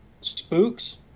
spooks